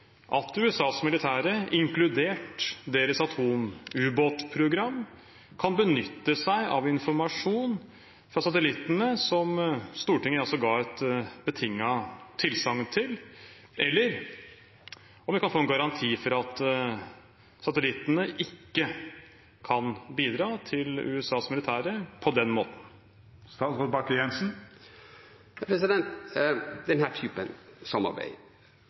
at USAs militære, inkludert deres atomubåtprogram, kan benytte seg av informasjon fra satellittene som Stortinget altså ga et betinget tilsagn til, eller om vi kan få en garanti for at satellittene ikke kan bidra til USAs militære på den måten.